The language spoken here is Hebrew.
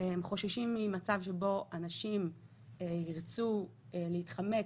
הם חוששים ממצב שבו אנשים ירצו להתחמק